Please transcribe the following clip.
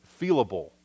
feelable